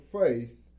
faith